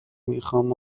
میخام